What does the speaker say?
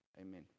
Amen